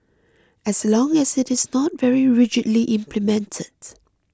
as long as it is not very rigidly implemented